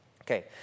Okay